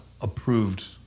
approved